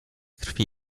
krwi